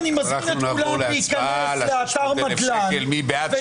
08:40) נצביע על הסתייגות 192. מי בעד?